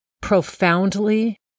profoundly